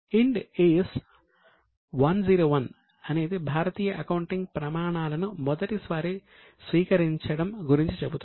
Ind AS 101 అనేది భారతీయ accounting ప్రమాణాలను మొదటిసారి స్వీకరించడం గురించి చెబుతుంది